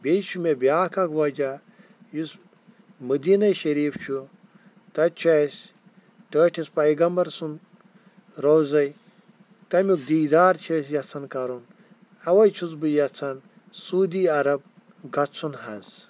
بیٚیہِ چھُ مےٚ بیٛاکھ اَکھ وَجہ یُس مدیٖنَے شَریٖف چھُ تَتہِ چھُ اَسہِ ٹٲٹھِس بیغَمبر سُنٛد روزَے تَمیُٚک دیٖدار چھِ أسۍ یَژھان کَرُن اَوَے چھُس بہٕ یَژھان سوٗدی عرب گژھُن حظ